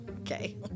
Okay